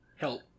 Help